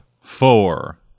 four